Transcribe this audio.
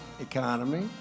economy